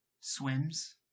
swims